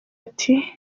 ati